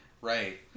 right